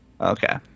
Okay